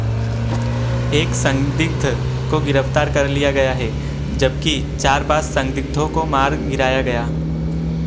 एक संदिग्ध को गिरफ़्तार कर लिया गया है जबकि चार पाँच संदिग्धों को मार गिराया गया